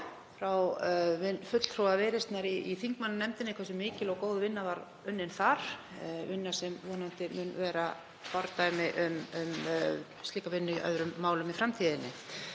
frá fulltrúa Viðreisnar í þingmannanefndinni hversu mikil og góð vinna var unnin þar, vinna sem vonandi mun verða fordæmi fyrir slíka vinnu í öðrum málum í framtíðinni,